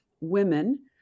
women